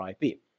ip